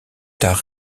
tard